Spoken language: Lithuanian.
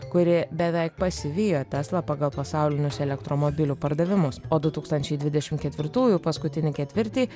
kuri beveik pasivijo tesla pagal pasaulinius elektromobilių pardavimus o du tūkstančiai dvidešim ketvirtųjų paskutinį ketvirtį